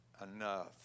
enough